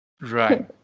Right